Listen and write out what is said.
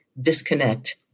disconnect